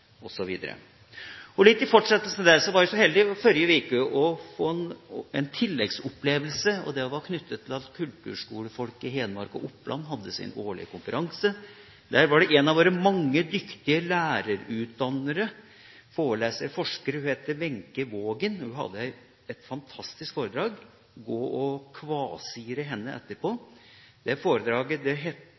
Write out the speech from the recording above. Litt i fortsettelsen av det var jeg i forrige uke så heldig å få en tilleggsopplevelse, og det var knyttet til at kulturskolefolk i Hedmark og Oppland hadde sin årlige konferanse. Én av våre mange dyktige lærerutdannere, forelesere og forskere, Wenche Waagen, hadde et fantastisk foredrag – gå og «kvasirer» henne etterpå. Foredraget